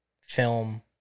film